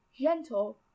gentle